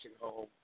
home